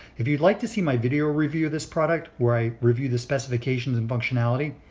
if you'd like to see my video review of this product, where i review the specifications and functionality,